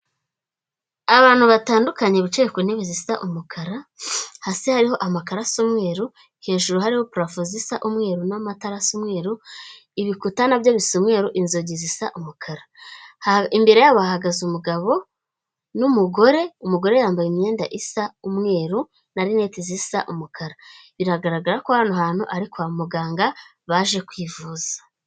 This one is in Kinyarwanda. Abantu batandukanye bicaye ku ntebe zisa umukara, hasi hariho amakaro asa umweru, hejuru hariho parafo zisa umweru n'amatara asa umweru, ibikuta na byo bisa umweru, inzugi zisa umukara. Imbere yabo bahagaze umugabo n'umugore, umugore yambaye imyenda isa umweru na rinete zisa umukara, biragaragara ko hano hantu ari kwa muganga baje kwivuza.